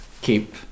keep